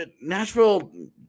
Nashville